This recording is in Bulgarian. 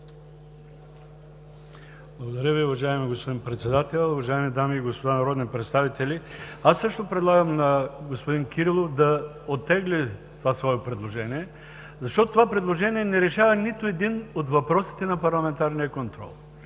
Благодаря Ви, уважаеми господин председател. Уважаеми дами и господа народни представители, аз също предлагам на господин Кирилов да оттегли това свое предложение, защото то не решава нито един от въпросите на парламентарния контрол.